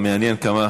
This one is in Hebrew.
מעניין כמה